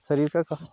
शरीर का